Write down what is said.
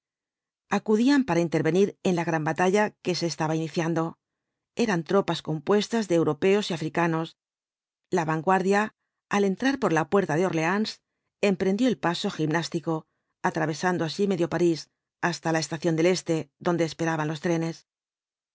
acudían para intervenir en la gran batalla que se estaba iniciando eran tropas compuestas de europeos y africanos la vanguardia al entrar por la puerta de orleáns emprendió el paso gimnástico atravesando así medio parís hasta la estación del este donde esperaban los trenes el